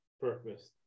purpose